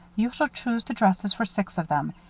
you shall choose the dresses for six of them.